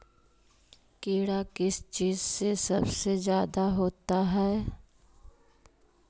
कीड़ा किस चीज से सबसे ज्यादा होता है?